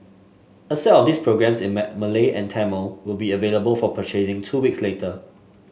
a set of these programmes in my Malay and Tamil will be available for purchasing two weeks later